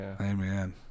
Amen